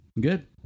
good